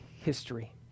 history